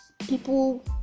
People